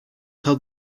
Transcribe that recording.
held